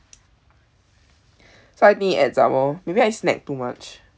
so I think it adds up lor maybe I snack too much